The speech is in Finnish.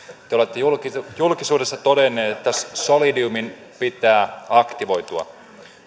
te olette julkisuudessa todennut että solidiumin pitää aktivoitua